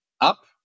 up